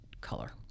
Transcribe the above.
color